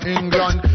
England